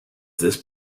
this